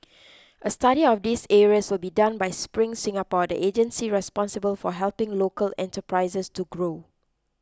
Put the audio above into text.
a study of these areas will be done by Spring Singapore the agency responsible for helping local enterprises to grow